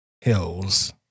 Hills